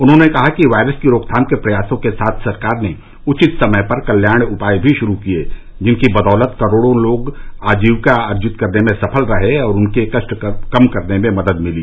उन्होंने कहा कि वायरस की रोकथाम के प्रयासों के साथ सरकार ने उचित समय पर कल्याण उपाय भी शुरू किये जिनकी बदौलत करोडों लोग जीविका अर्जित करने में सफल रहे और उनके कष्ट कम करने में मदद मिली